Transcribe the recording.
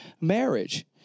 marriage